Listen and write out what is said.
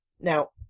Now